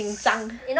紧张